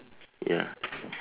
ya